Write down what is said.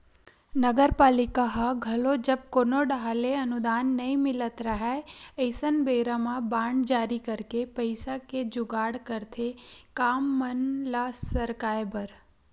नगरपालिका ल घलो जब कोनो डाहर ले अनुदान नई मिलत राहय अइसन बेरा म बांड जारी करके पइसा के जुगाड़ करथे काम मन ल सरकाय बर